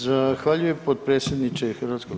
Zahvaljujem potpredsjedniče HS.